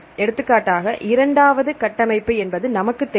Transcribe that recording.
எடுத்துக்காட்டாக இரண்டாவது கட்டமைப்பு என்பது நமக்குத் தெரியும்